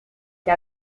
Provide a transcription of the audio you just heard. que